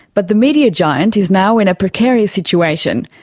but the media giant is now in a precarious situation,